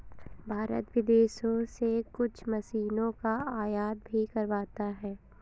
भारत विदेशों से कुछ मशीनों का आयात भी करवाता हैं